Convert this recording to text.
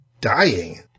dying